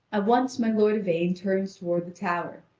at once my lord yvain turns toward the tower,